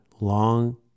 long